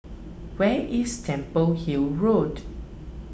where is Temple Hill Road